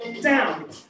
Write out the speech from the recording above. down